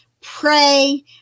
pray